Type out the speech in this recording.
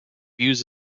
views